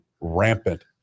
rampant